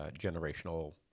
generational